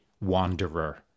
wanderer